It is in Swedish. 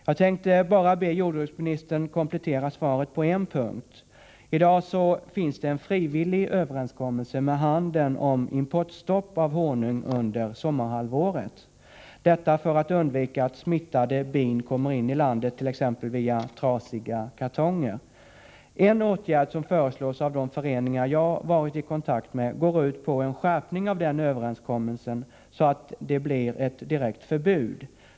Jag tänkte bara be jordbruksministern komplettera svaret på en punkt: I dag finns en frivillig överenskommelse med handeln om importstopp av honung under sommarhalvåret, detta för att undvika att smittade bin kommer in i landet, t.ex. via trasiga kartonger. En åtgärd som föreslås av de föreningar jag har varit i kontakt med går ut på en skärpning av den överenskommelsen, så att det blir ett direkt förbud.